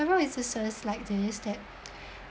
several instances like this that